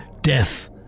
Death